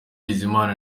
bizimana